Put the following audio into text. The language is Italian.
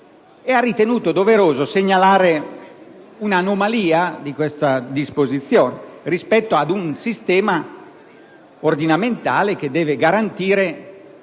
e ha ritenuto doveroso segnalare un'anomalia di questa disposizione rispetto ad un sistema ordinamentale che deve garantire